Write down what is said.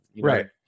Right